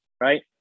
right